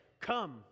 come